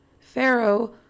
pharaoh